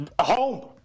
home